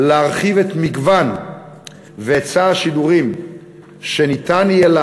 להרחיב את מגוון והיצע השידורים שיהיה אפשר